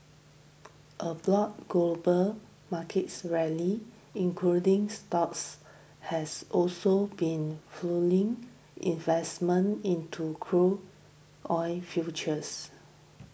a broad global market rally including stocks has also been fuelling investment into crude oil futures